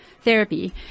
therapy